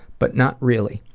but not really.